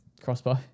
crossbow